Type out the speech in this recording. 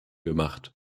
gemacht